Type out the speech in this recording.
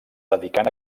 dedicant